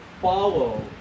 follow